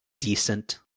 decent